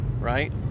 Right